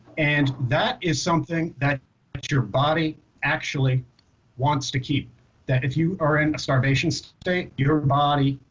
and that is something that but your body actually wants to keep that if you are in a starvation state your body,